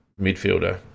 midfielder